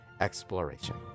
Exploration